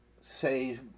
Say